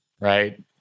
right